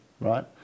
right